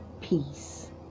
peace